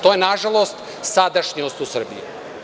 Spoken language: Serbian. To je nažalost sadašnjost u Srbiji.